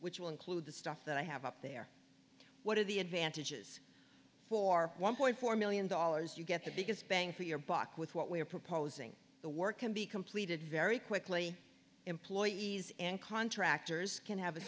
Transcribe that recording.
which will include the stuff that i have up there what are the advantages for one point four million dollars you get the biggest bang for your buck with what we are proposing the work can be completed very quickly employees and contractors can have a